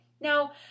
Now